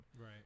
right